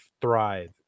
thrive